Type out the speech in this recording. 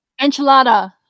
Enchilada